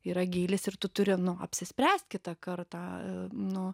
yra gylis ir tu turi nu apsispręst kitą kartą nu